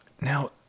Now